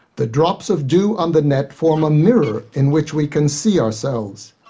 the drops of dew on the net form a mirror in which we can see ourselves.